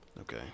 Okay